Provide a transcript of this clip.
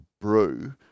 brew